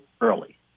early